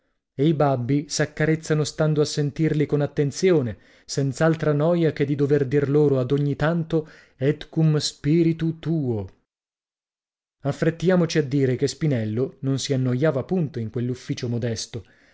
e i babbi s'accarezzano stando a sentirli con attenzione senz'altra noia che di dover dir loro ad ogni tanto et cum spiritu tuo affrettiamoci a dire che spinello non si annoiava punto in quell'ufficio modesto